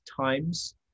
times